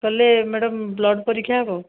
ତା' ହେଲେ madam blood ପରୀକ୍ଷା ହେବ